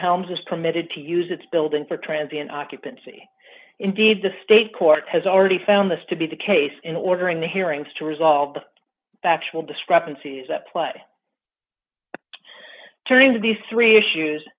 helms is permitted to use its building for transient occupancy indeed the state court has already found this to be the case in ordering the hearings to resolve the factual discrepancies that play turnings of these three